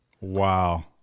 Wow